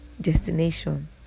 destination